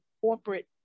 corporate